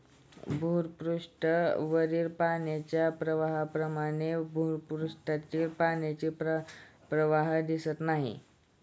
भूपृष्ठावरील पाण्याच्या प्रवाहाप्रमाणे भूगर्भातील पाण्याचा प्रवाह दिसत नाही